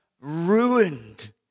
ruined